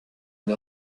une